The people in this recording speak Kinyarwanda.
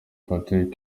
patrick